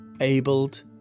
abled